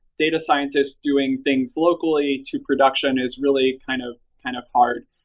data scientists doing things locally to production is really kind of kind of hard.